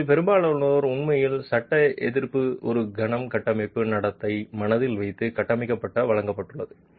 அவர்களில் பெரும்பாலோர் உண்மையில் சட்ட எதிர்த்து ஒரு கணம் கட்டமைப்பு நடத்தை மனதில் வைத்து கட்டமைக்கப்பட்ட வழங்கப்பட்டுள்ளது